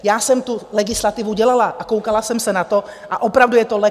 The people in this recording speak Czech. Já jsem tu legislativu dělala a koukala jsem se na to a opravdu je to legtech.